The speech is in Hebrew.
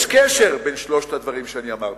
יש קשר בין שלושת הדברים שאמרתי,